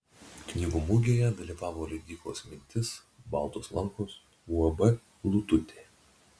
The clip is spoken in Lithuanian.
knygų mugėje dalyvavo leidyklos mintis baltos lankos uab lututė